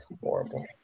horrible